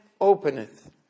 openeth